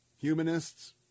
humanists